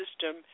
system